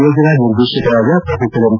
ಯೋಜನಾ ನಿದೇರ್ಶಕರಾದ professor M